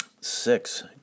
Six